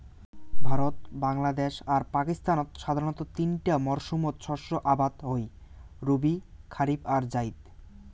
ভারত, বাংলাদ্যাশ আর পাকিস্তানত সাধারণতঃ তিনটা মরসুমত শস্য আবাদ হই রবি, খারিফ আর জাইদ